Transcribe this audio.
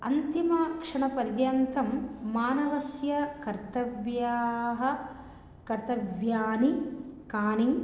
अन्तिमक्षणपर्यन्तं मानवस्य कर्तव्याः कर्तव्यानि कानि